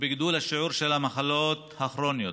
בשיעור המחלות הכרוניות.